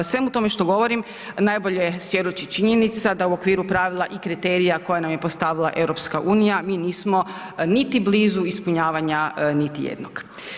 Svemu tome što govorim najbolje svjedoči činjenica da u okviru pravila i kriterija koja nam je postavila EU mi nismo niti blizu ispunjavanja niti jednog.